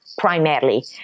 Primarily